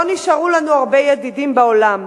לא נשארו לנו הרבה ידידים בעולם,